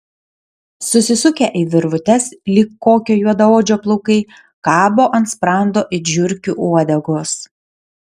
susisukę į virvutes lyg kokio juodaodžio plaukai kabo ant sprando it žiurkių uodegos